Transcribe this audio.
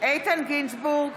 איתן גינזבורג,